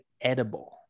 edible